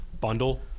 Bundle